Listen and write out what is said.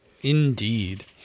Indeed